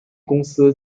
公司